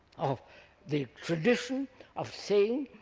of the tradition of saying